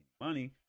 money